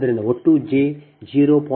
ಆದ್ದರಿಂದ ಒಟ್ಟು j 0